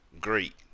Great